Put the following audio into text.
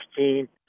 16